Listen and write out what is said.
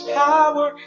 power